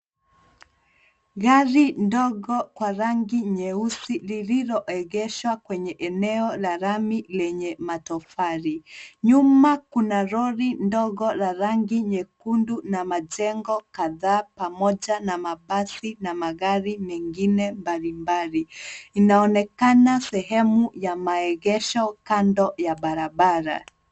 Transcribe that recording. Gari ndogo kwa rangi nyeusi lililoegeshwa kwenye eneo la lami lenye matofali. Nyuma kuna lori ndogo la rangi nyekundu na majengo kadhaa pamoja na mabasi na magari mengine mbalimbali. Inaonekana sehemu ya maegesho, kando ya barabara.